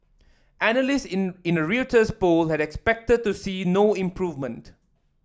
analysts in in a Reuters poll had expected to see no improvement